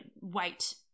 wait